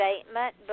statement